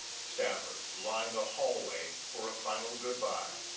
staffers line the hallway for a final good-bye.